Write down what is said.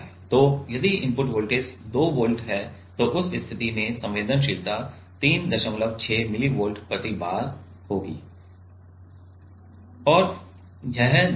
तो यदि input voltage 2 volt है तो उस स्थिति में संवेदनशीलता 36 मिलीवोल्ट प्रति bar है और यह झिल्ली है